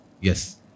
Yes